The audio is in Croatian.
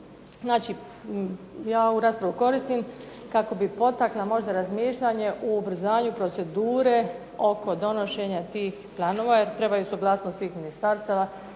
Znači ja ovu raspravu koristim kako bi potakla možda razmišljanje o ubrzanju procedure oko donošenja tih planova jer trebaju suglasnost svih ministarstva